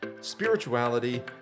spirituality